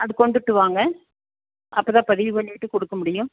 அது கொண்டுகிட்டு வாங்க அப்போ தான் பதிவு பண்ணிவிட்டுக் கொடுக்க முடியும்